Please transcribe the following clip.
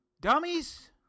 Dummies